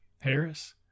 Harris